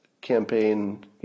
campaign